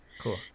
Cool